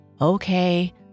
Okay